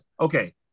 okay